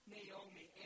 Naomi